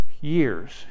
years